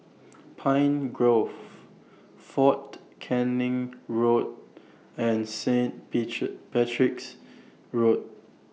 Pine Grove Fort Canning Road and Saint Peach Patrick's Road